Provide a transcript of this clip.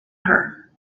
her